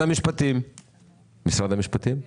אני